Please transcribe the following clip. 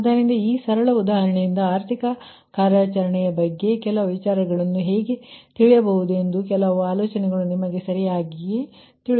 ಆದುದ್ದರಿಂದ ಈ ಸರಳ ಉದಾಹರಣೆಯಿಂದ ಆರ್ಥಿಕ ಕಾರ್ಯಾಚರಣೆಯ ಬಗ್ಗೆ ಕೆಲವು ವಿಚಾರಗಳನ್ನು ಹೇಗೆ ಪಡೆಯಬಹುದೆಂದು ಕೆಲವು ಆಲೋಚನೆಗಳು ನಿಮಗೆ ಸರಿಯಾಗಿ ಸಿಗುತ್ತವೆ